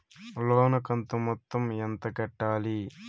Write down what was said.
లోను కంతు మొత్తం ఎంత కట్టాలి?